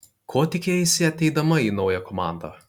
ko tikėjaisi ateidama į naują komandą